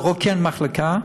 לרוקן מחלקה,